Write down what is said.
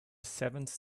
seventh